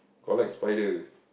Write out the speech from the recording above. collect spider